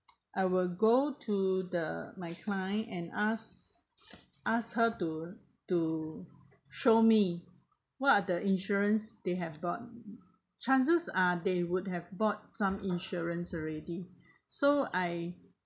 I will go to the my client and ask ask her to to show me what are the insurance they have bought chances are they would have bought some insurance already so I